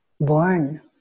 born